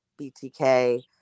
btk